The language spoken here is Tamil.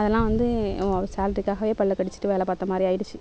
அதல்லாம் வந்து சேலரிக்காகவே பல்லை கடிச்சுட்டு வேலை பார்த்த மாதிரி ஆகிடுச்சி